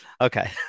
Okay